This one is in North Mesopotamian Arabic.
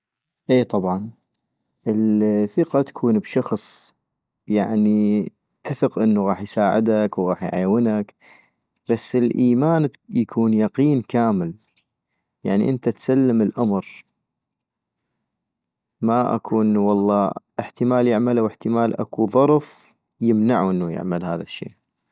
اي طبعاً ، الثقة تكون بشخص يعني تثق انو غاح يساعدك وغاح يعيونك - بس الايمان يكون يقين كامل ، يعني انت تسلم الامر كامل، ماكو انو والله احتمال يعملا واحتمال اكو ظرف يمنعو انو يعمل هذا الشي